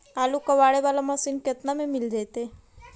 आलू कबाड़े बाला मशीन केतना में मिल जइतै?